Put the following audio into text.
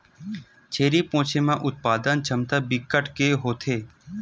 छेरी पोछे म उत्पादन छमता बिकट के होथे